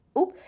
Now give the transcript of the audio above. Oop